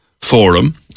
Forum